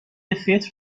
فطر